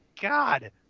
God